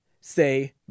say